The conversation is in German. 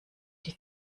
die